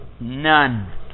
None